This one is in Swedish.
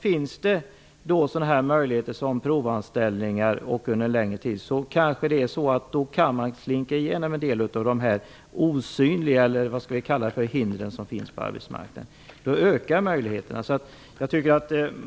Finns det då möjligheter som provanställningar under längre tid, kan man slinka igenom en del av dessa "osynliga" hinder på arbetsmarknaden.